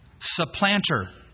supplanter